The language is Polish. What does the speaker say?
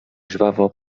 żwawo